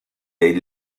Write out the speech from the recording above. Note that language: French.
des